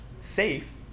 safe